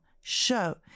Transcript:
show